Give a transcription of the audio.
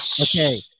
okay